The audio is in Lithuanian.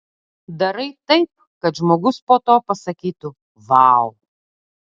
darai taip kad žmogus po to pasakytų vau